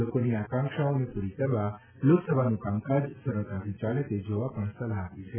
લોકોની આકાંક્ષાઓને પૂરી કરવા લોકસભાનું કામકાજ સરળતાથી ચાલે તે જોવા પણ સલાહ આપી છે